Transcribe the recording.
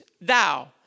thou